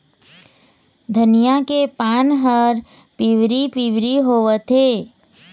धनिया के पान हर पिवरी पीवरी होवथे?